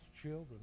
children